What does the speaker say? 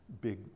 big